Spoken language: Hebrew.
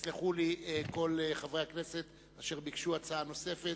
יסלחו לי כל חברי הכנסת אשר ביקשו הצעה נוספת,